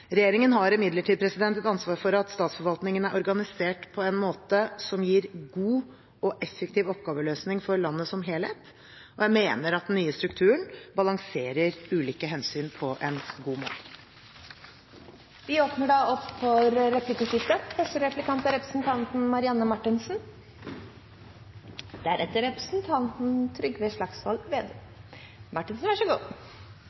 Regjeringen har imidlertid et ansvar for at statsforvaltningen er organisert på en måte som gir god og effektiv oppgaveløsning for landet som helhet, og jeg mener den nye strukturen balanserer ulike hensyn på en god måte. Det blir replikkordskifte. Først av alt vil jeg benytte anledningen til å ønske finansministeren riktig god jul. Jeg er